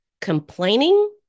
complaining